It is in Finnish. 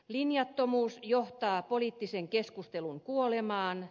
linjattomuus johtaa poliittisen keskustelun kuolemaan